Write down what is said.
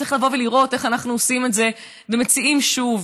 צריך לבוא ולראות איך אנחנו עושים את זה ומציעים שוב,